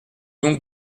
donc